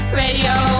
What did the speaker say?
radio